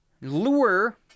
lure